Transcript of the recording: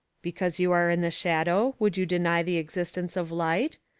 because you are in the shadow, would you deny the existence of light?